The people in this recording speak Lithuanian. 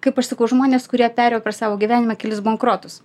ji kaip aš sakau žmonės kurie perėjo per savo gyvenimą kelis bankrotus